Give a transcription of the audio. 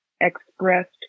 expressed